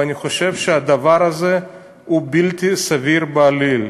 ואני חושב שהדבר הזה הוא בלתי סביר בעליל.